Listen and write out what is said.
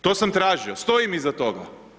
To sam tražio, stojim iza toga.